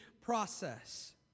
process